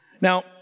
Now